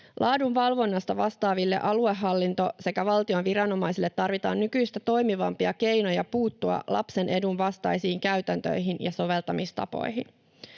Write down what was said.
Laadunvalvonnasta vastaaville aluehallinto- sekä valtion viranomaisille tarvitaan nykyistä toimivampia keinoja puuttua lapsen edun vastaisiin käytäntöihin ja soveltamistapoihin.